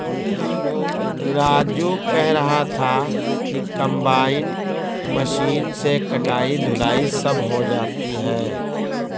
राजू कह रहा था कि कंबाइन मशीन से कटाई धुलाई सब हो जाती है